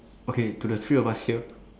okay to the three of us here